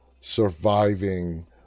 surviving